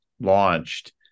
launched